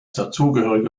dazugehörige